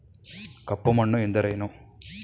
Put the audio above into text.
ಕಪ್ಪು ಮಣ್ಣು ಎಂದರೇನು?